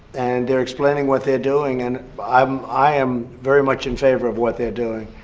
and they're explaining what they're doing. and i'm i am very much in favor of what they're doing.